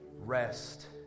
Rest